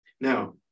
Now